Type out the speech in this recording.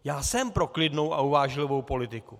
Já jsem pro klidnou a uvážlivou politiku.